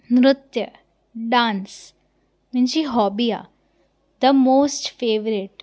नृत्य डांस मुंहिंजी हॉबी आहे द मोस्ट फेवरेट